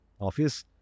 Office